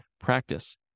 practice